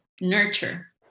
nurture